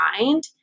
mind